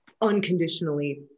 unconditionally